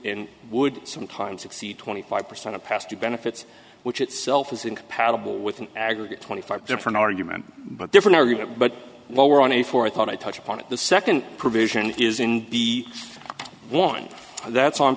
win would sometimes exceed twenty five percent of past due benefits which itself is incompatible with an aggregate twenty five different argument but different argument but while we're on a forethought i touch upon it the second provision is in the one that's on